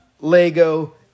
Lego